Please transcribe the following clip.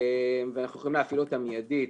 אנחנו יכולים להפעיל אותה מיידית.